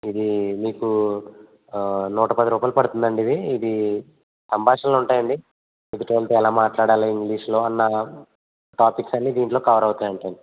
ఇది మీకు నూట పది రూపాయలు పడుతుందండి ఇవి ఇది సంభాషణలు ఉంటాయండి ఎదుటి వాళ్లతో ఎలా మాట్లాడాలి ఇంగ్లీష్లో అన్నా టాపిక్స్ అన్ని దీంట్లో కవర్ అవుతాయంటండి